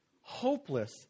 hopeless